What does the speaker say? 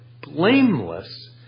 blameless